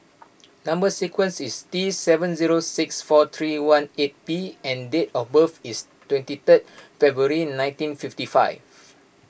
Number Sequence is T seven zero six four three one eight P and date of birth is twenty third February nineteen fifty five